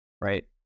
Right